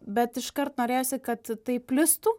bet iškart norėjosi kad tai plistų